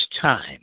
time